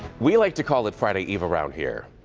we like to call it friday eve around here,